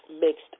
mixed